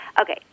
Okay